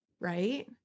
right